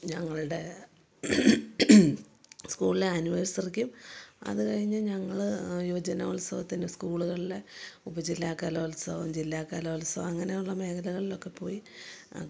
ഞങ്ങളുടെ സ്കൂളിലെ ആനിവേഴ്സറിക്കും അതു കഴിഞ്ഞു ഞങ്ങള് യുവജനോത്സവത്തിന് സ്കൂളുകളിലെ ഉപജില്ലാ കലോത്സവം ജില്ലാ കലോത്സവം അങ്ങനെയുള്ള മേഖലകളിലൊക്കെ പോയി അ